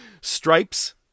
Stripes